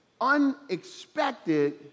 unexpected